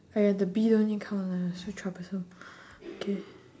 !aiya! the bee don't need count lah so troublesome K